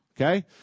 okay